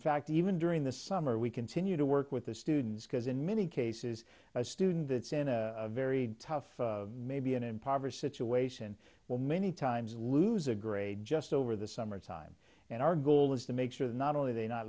fact even during the summer we continue to work with the students because in many cases a student that's in a very tough maybe an impoverished situation well many times lose a grade just over the summer time and our goal is to make sure that not only are they not